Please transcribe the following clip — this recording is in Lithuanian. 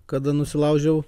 kada nusilaužiau